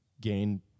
gain